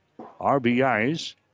RBIs